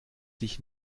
dich